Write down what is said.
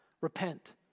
Repent